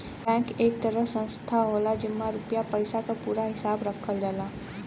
bank एक तरह संस्था होला जेमन रुपया पइसा क पूरा हिसाब रखल जाला